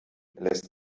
lässt